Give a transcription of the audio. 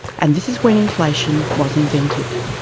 and this is when inflation was invented.